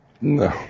no